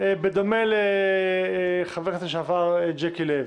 בדומה לחבר הכנסת לשעבר ג'קי לוי,